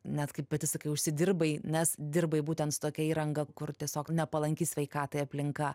net kaip pati sakai užsidirbai nes dirbai būtent tokia įranga kur tiesiog nepalanki sveikatai aplinka